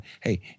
hey